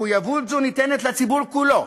מחויבות זו ניתנת לציבור כולו,